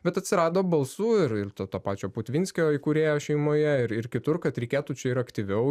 bet atsirado balsų ir ir to to pačio putvinskio įkūrėjo šeimoje ir ir kitur kad reikėtų čia ir aktyviau